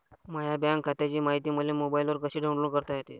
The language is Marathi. माह्या बँक खात्याची मायती मले मोबाईलवर कसी डाऊनलोड करता येते?